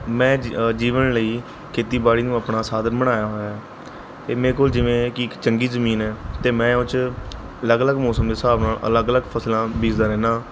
ਮੈਂ ਜੀ ਜੀਵਣ ਲਈ ਖੇਤੀਬਾੜੀ ਨੂੰ ਆਪਣਾ ਸਾਧਨ ਬਣਾਇਆ ਹੋਇਆ ਅਤੇ ਮੇਰੇ ਕੋਲ ਜਿਵੇਂ ਕਿ ਹੈ ਇੱਕ ਚੰਗੀ ਜ਼ਮੀਨ ਹੈ ਅਤੇ ਮੈਂ ਉਸ 'ਚ ਅਲੱਗ ਅਲੱਗ ਮੌਸਮ ਦੇ ਹਿਸਾਬ ਨਾਲ ਅਲੱਗ ਅਲੱਗ ਫਸਲਾਂ ਬੀਜਦਾ ਰਹਿੰਦਾ